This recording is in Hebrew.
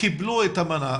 קיבלו את המנה?